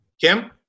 Kim